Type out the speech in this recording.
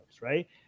right